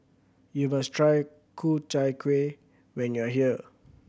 you must try Ku Chai Kuih when you are here